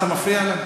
אתה מפריע לה?